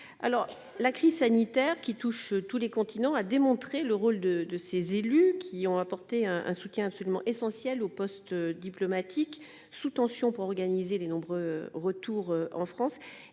La crise sanitaire qui touche tous les continents a démontré le rôle de ces élus, qui ont apporté un soutien absolument essentiel aux postes diplomatiques sous tension pour organiser les nombreux retours en France.